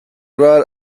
ral